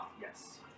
Yes